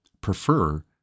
prefer